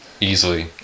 Easily